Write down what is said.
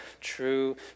true